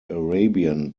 arabian